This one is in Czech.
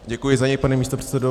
Děkuji za něj, pane místopředsedo.